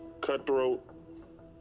cutthroat